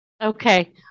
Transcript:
Okay